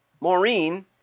Maureen